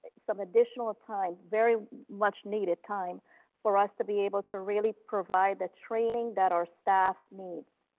some additional time, very much needed time for us to be able to really provide the training that our staff needs,